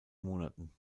monaten